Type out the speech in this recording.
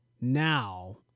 now